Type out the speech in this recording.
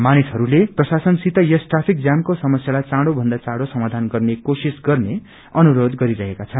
मानिसहरूले प्रशासनसित यस ट्राफिक जामको समस्यालाई चाँडो भन्दा चाँडो समाधान गर्ने कोशिशा गर्ने अनुरोष गरिरहेका छन्